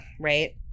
right